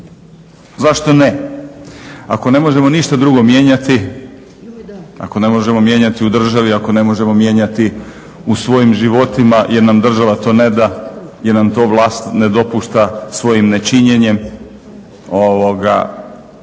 zašto ne? Ako ne možemo ništa drugo mijenjati, ako ne možemo mijenjati u državi, ako ne možemo mijenjati u svojim životima jer nam država to ne da, jer nam to vlast ne dopušta svojim nečinjenjem tada